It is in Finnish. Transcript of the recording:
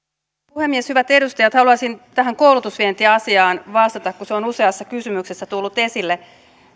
puhemies hyvät edustajat haluaisin tähän koulutusvientiasiaan vastata kun se on useassa kysymyksessä tullut esille